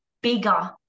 bigger